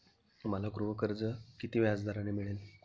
मला गृहकर्ज किती व्याजदराने मिळेल?